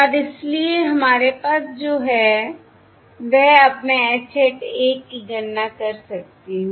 और इसलिए हमारे पास जो हैवह अब मैं H hat 1 की गणना कर सकती हूं